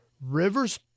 Rivers